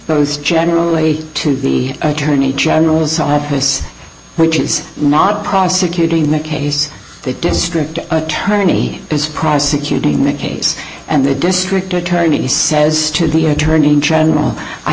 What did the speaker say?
those generally to the attorney general's office which is not prosecuting the case the district attorney is prosecuting the case and the district attorney says to the attorney general i